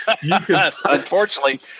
Unfortunately